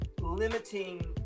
limiting